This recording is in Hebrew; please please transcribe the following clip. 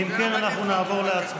אם כן, אנחנו נעבור להצבעה.